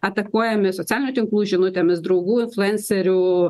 atakuojami socialinių tinklų žinutėmis draugų influencerių